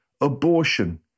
abortion